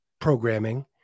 programming